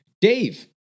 Dave